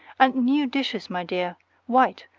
and new dishes, my dear white,